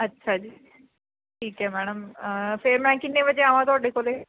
ਅੱਛਾ ਜੀ ਠੀਕ ਹੈ ਮੈਡਮ ਫੇਰ ਮੈਂ ਕਿੰਨੇ ਵਜੇ ਆਵਾਂ ਤੁਹਾਡੇ ਕੋਲ